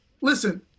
Listen